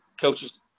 coaches